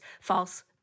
false